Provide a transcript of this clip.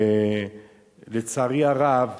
ולצערי הרב,